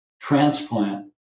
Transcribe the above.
transplant